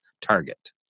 target